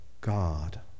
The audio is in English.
God